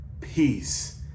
peace